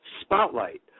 spotlight